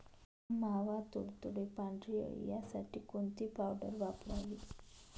मावा, तुडतुडे, पांढरी अळी यासाठी कोणती पावडर वापरावी?